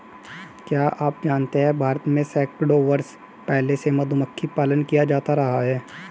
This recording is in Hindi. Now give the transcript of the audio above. क्या आप जानते है भारत में सैकड़ों वर्ष पहले से मधुमक्खी पालन किया जाता रहा है?